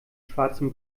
schwarzen